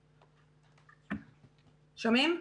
שומעים?